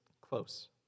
close